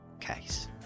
case